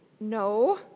No